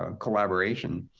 ah collaboration.